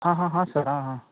हाँ हाँ हाँ सर हाँ हाँ